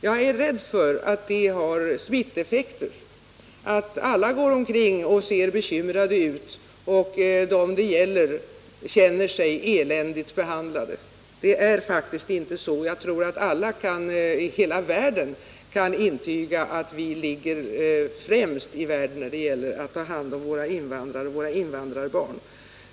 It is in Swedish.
Jag är rädd för att det har smitteffekter — att alla går omkring och ser bekymrade ut och att de det gäller känner sig eländigt behandlade. Det är faktiskt inte så illa ställt. Jag tror att alla kan intyga att vi ligger främst i världen när det gäller att ta hand om invandrare och invandrarbarn.